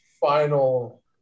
final